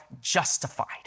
justified